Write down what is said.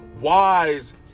Wise